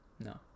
No